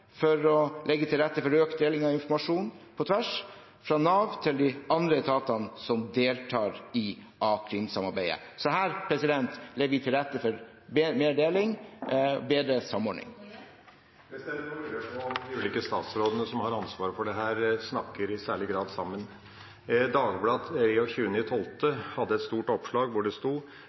for å legge til rette for økt deling av informasjon på tvers – fra Nav til de andre etatene som deltar i a-krimsamarbeidet. Så her legger vi til rette for mer deling og bedre samordning. Nå lurer jeg på om de ulike statsrådene som har ansvar for dette, i særlig grad snakker sammen. Dagbladet hadde 24. desember et stort oppslag hvor det sto: